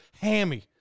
hammy